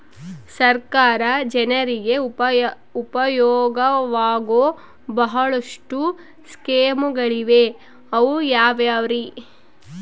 ಸರ್ಕಾರ ಜನರಿಗೆ ಉಪಯೋಗವಾಗೋ ಬಹಳಷ್ಟು ಸ್ಕೇಮುಗಳಿವೆ ಅವು ಯಾವ್ಯಾವ್ರಿ?